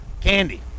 Candy